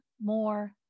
more